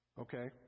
Okay